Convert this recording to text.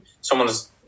someone's